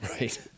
Right